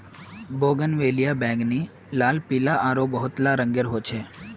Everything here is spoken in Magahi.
बोगनवेलिया बैंगनी, लाल, पीला आरो बहुतला रंगेर ह छे